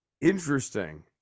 Interesting